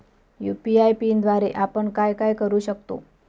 UPI पिनद्वारे आपण काय काय करु शकतो?